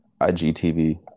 IGTV